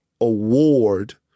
award